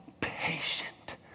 patient